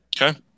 Okay